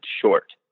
short